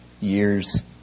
years